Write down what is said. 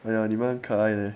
哎呀你们可爱的 leh